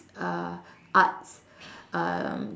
uh arts um